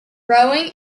rowing